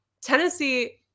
Tennessee